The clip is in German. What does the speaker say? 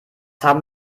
haben